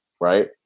right